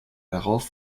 darauf